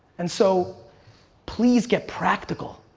and so please get practical.